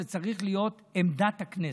זו צריכה להיות עמדת הכנסת.